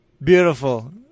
Beautiful